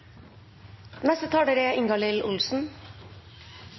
neste er